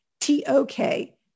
T-O-K